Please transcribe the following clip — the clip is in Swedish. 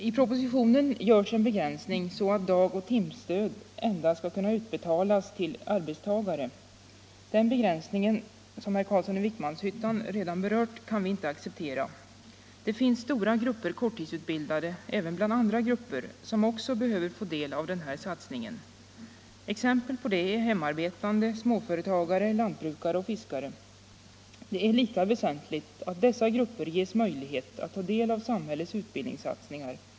I propositionen görs en begränsning så att dagoch timstöd endast skall kunna utbetalas till arbetstagare. Den begränsningen, som hetr Carlsson i Vikmanshyttan redan har berört, kan vi inte acceptera. Det finns stora grupper korttidsutbildade även bland andra grupper som också behöver få del av denna satsning. Exempel på dessa är hemarbetande, småföretagare, lantbrukare och fiskare. Det är lika väsentligt att de grupperna ges möjligheter att ta del av samhällets utbildningssatsningar.